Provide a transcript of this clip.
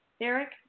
Eric